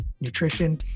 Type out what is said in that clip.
nutrition